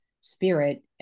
spirit